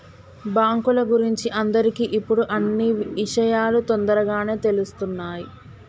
బాంకుల గురించి అందరికి ఇప్పుడు అన్నీ ఇషయాలు తోందరగానే తెలుస్తున్నాయి